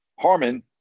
Harmon